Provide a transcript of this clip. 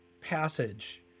passage